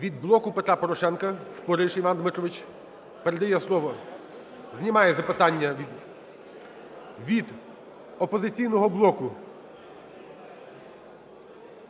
Від "Блоку Петра Порошенка" Спориш Іван Дмитрович передає слово, знімає запитання. Від "Опозиційного блоку"